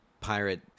pirate